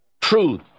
Truth